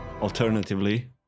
Alternatively